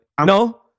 No